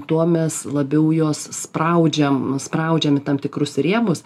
tuo mes labiau juos spraudžiam spraudžiam į tam tikrus rėmus